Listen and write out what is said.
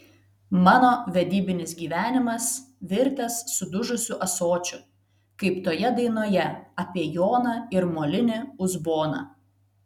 mano vedybinis gyvenimas virtęs sudužusiu ąsočiu kaip toje dainoje apie joną ir molinį uzboną